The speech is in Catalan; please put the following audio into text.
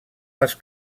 les